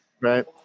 Right